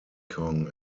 kong